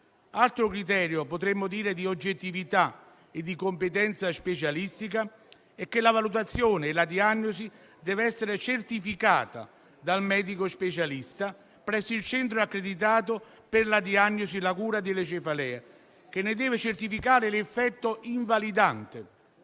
potremmo definire di oggettività e competenza specialistica, è che la valutazione e la diagnosi devono essere certificate dal medico specialista presso il centro accreditato per la diagnosi e la cura delle cefalee, che ne deve certificare l'effetto invalidante.